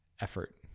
effort